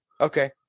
Okay